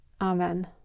Amen